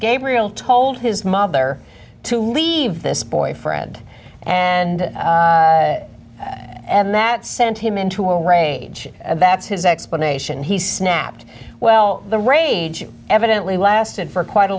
gabriel told his mother to leave this boyfriend and d that sent him into a rage and that's his explanation he snapped well the rage evidently lasted for quite a